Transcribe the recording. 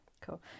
Cool